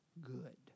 good